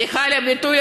סליחה על הביטוי,